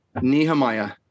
Nehemiah